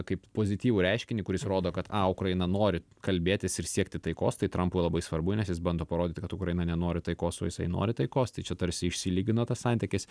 kaip pozityvų reiškinį kuris rodo kad a ukraina nori kalbėtis ir siekti taikos tai trampui labai svarbu nes jis bando parodyti kad ukraina nenori taikos o jisai nori taikos tai čia tarsi išsilygino tas santykis